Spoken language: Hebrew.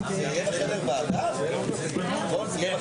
11:00.